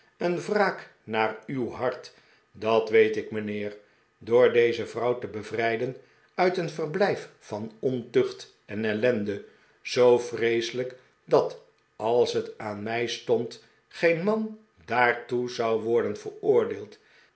een wraak naar uw hart dat weet ik mijnheer door deze vrouw te bevrijden uit een verblijf van ontucht en ellende zoo vreeselijk dat als het aan mij stond geen man daartoe zou worden veroordeeld